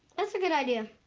that's a good idea.